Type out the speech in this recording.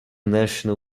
national